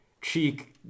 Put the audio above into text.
cheek